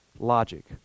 Logic